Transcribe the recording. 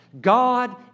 God